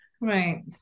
Right